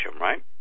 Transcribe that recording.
right